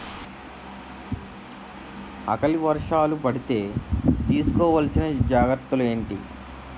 ఆకలి వర్షాలు పడితే తీస్కో వలసిన జాగ్రత్తలు ఏంటి?